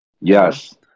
Yes